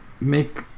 make